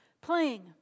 playing